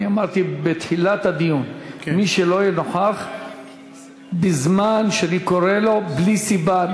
אני אמרתי בתחילת הדיון שמי שלא יהיה נוכח בזמן שאני קורא לו בלי סיבה,